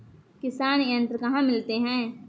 किसान यंत्र कहाँ मिलते हैं?